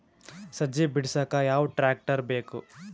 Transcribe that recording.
ಸಜ್ಜಿ ಬಿಡಸಕ ಯಾವ್ ಟ್ರ್ಯಾಕ್ಟರ್ ಬೇಕು?